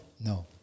No